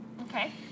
Okay